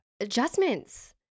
adjustments